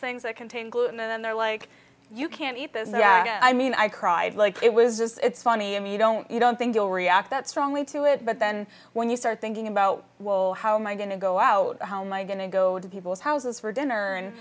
things that contain gluten and then they're like you can't eat this i mean i cried like it was just it's funny i mean i don't you don't think you'll react that strongly to it but then when you start thinking about will how am i going to go out how my going to go to people's houses for dinner and